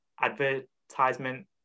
advertisement